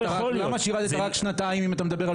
למה שירת רק שנתיים אם אתה מדבר על